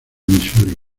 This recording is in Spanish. misuri